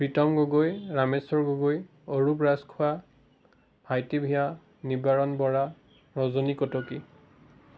Pritam Gogoi Rameswar Gogoi Arup Rajkhowa Bhaiti Bhuyan Nibaran Bora Rajani Kataki